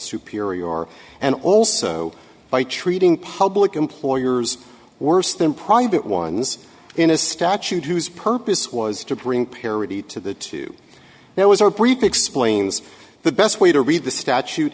superior and also by treating public employers worse than private ones in a statute whose purpose was to bring parity to the two there was a brief explains the best way to read the statute